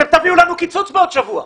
אתם תביאו לנו קיצוץ בעוד שבוע.